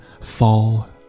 fall